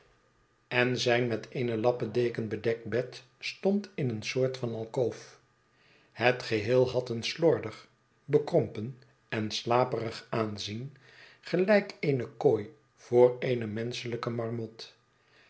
en zijn met eene lappendeken bedekt bed stond in eene soort van alkoof het geheel had een slordig bekrompen en slaperig aanzien gelijk eene kooi voor eene menschelijke marmot